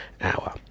hour